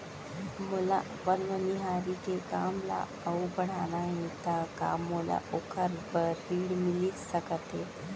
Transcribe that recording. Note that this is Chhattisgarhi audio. मोला अपन मनिहारी के काम ला अऊ बढ़ाना हे त का मोला ओखर बर ऋण मिलिस सकत हे?